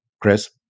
Chris